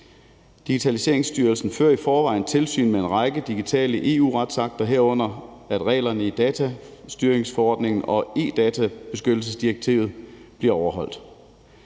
Digitaliseringsstyrelsen fører i forvejen tilsyn med en række digitale EU-retsakter, herunder at reglerne i datastyringsforordningen og e-databeskyttelsesdirektivet bliver overholdt.